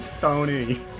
Tony